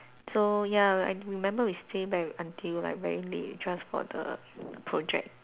so ya I do remember we stay back until very late just for the project